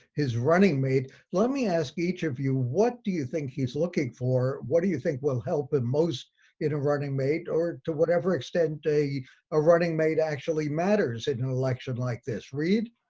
his running mate. let me ask each of you, what do you think he's looking for? what do you think will help him most in a running mate or to whatever extent a ah running mate actually matters in an election like this? reid?